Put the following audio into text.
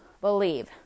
believe